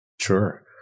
Sure